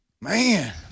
Man